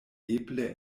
eble